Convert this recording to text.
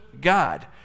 God